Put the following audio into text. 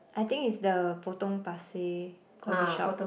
I think it's the Potong-Pasir coffee shop